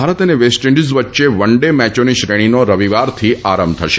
ભારત અને West Indies વચ્યે one day મેચોની શ્રેણીનો રવિવારથી આરંભ થશે